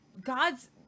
God's